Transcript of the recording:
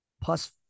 plus